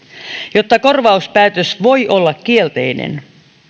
jotta korvauspäätös voisi olla kielteinen